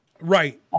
Right